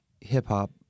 hip-hop